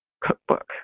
cookbook